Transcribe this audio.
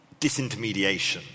disintermediation